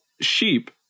sheep